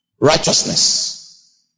righteousness